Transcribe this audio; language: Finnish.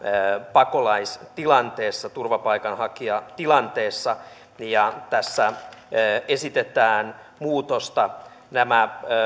pakolaistilanteessa turvapaikanhakijatilanteessa ja tässä esitetään muutosta nämä